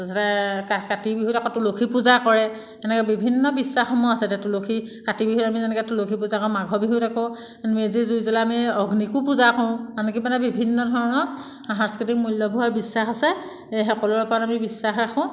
তাৰপিছতে কাতি বিহুত আকৌ তুলসী পূজা কৰে তেনেকৈ বিভিন্ন বিশ্বাসসমূহ আছে যে তুলসী কাতি বিহু আমি যেনেকৈ তুলসী পূজা কৰোঁ মাঘৰ বিহুত আকৌ মেজি জুই জ্বলাই আমি অগ্নিকো পূজা কৰোঁ এনেকৈ মানে বিভিন্ন ধৰণৰ সাংস্কৃতিক মূল্যভৰ বিশ্বাস আছে সেই সকলোৰ ওপৰত আমি বিশ্বাস ৰাখোঁ